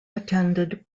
attended